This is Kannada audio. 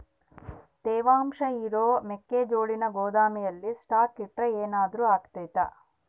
ತೇವಾಂಶ ಇರೋ ಮೆಕ್ಕೆಜೋಳನ ಗೋದಾಮಿನಲ್ಲಿ ಸ್ಟಾಕ್ ಇಟ್ರೆ ಏನಾದರೂ ಅಗ್ತೈತ?